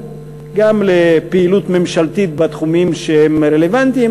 לפעילות ממשלתית בתחומים שהם רלוונטיים,